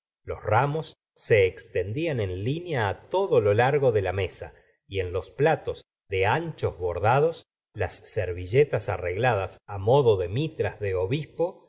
los ramos se extendían en línea á todo lo largo de la mesa y en los platos de anchos bordados las servilletas arregladas modo de mitras de obispo